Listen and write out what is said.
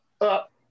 up